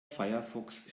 firefox